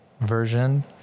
version